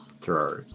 throw